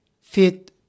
fit